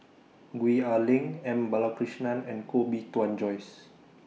Gwee Ah Leng M Balakrishnan and Koh Bee Tuan Joyce